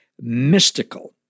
mystical